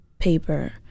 paper